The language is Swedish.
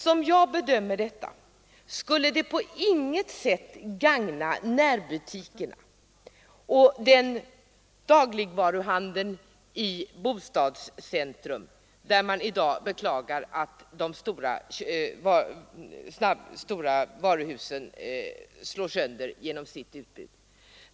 Som jag bedömer detta skulle det på intet sätt gagna närbutikerna och den i anslutning till bostadscentra förlagda dagligvaruhandeln, som man i dag beklagar att de stora varuhusen slår sönder genom sitt utbud.